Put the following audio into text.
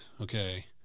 Okay